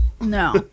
No